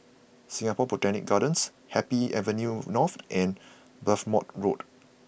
Singapore Botanic Gardens Happy Avenue North and Belmont Road